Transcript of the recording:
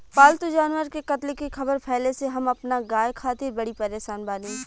पाल्तु जानवर के कत्ल के ख़बर फैले से हम अपना गाय खातिर बड़ी परेशान बानी